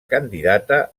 candidata